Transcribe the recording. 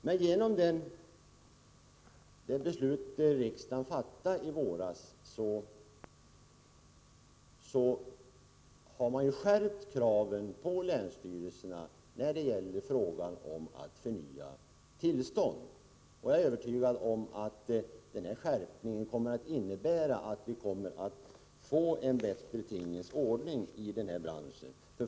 Men genom det beslut riksdagen i våras fattade har man skärpt kraven på länsstyrelserna när det gäller att förnya tillstånd. Jag är övertygad om att den skärpningen kommer att innebära att vi får en bättre tingens ordning.